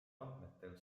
andmetel